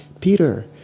Peter